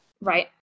Right